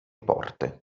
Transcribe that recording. porte